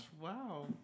Wow